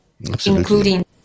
including